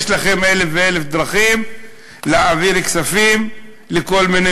יש לכם אלף דרכים להעביר כספים לכל מיני